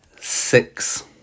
six